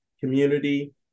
community